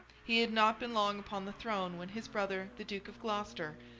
he had not been long upon the throne when his brother the duke of gloucester,